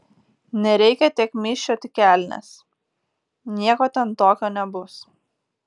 nereikia tiek myžčiot į kelnes nieko ten tokio nebus